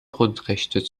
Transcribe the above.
grundrechte